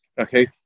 okay